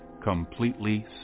completely